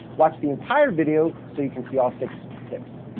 watch the entire video so you can see all six tips.